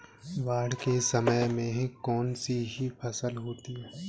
बाढ़ के समय में कौन सी फसल होती है?